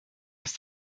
ist